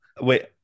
wait